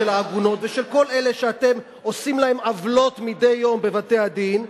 תאפשר לי למנות דיינית לבית-הדין,